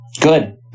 Good